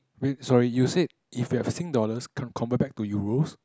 wait sorry you said if you have Sing dollars can covert back to euros